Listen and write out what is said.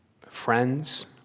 friends